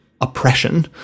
oppression